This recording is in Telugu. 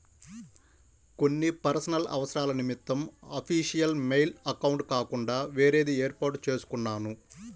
కొన్ని పర్సనల్ అవసరాల నిమిత్తం అఫీషియల్ మెయిల్ అకౌంట్ కాకుండా వేరేది వేర్పాటు చేసుకున్నాను